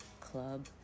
club